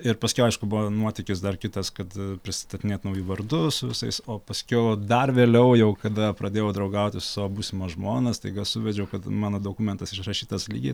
ir paskiau aišku buvo nuotykis dar kitas kad prisistatinėt nauju vardu su visais o paskiau dar vėliau jau kada pradėjau draugauti su savo būsima žmona staiga suvedžiau kad mano dokumentas išrašytas lygiai